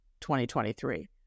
2023